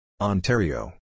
Ontario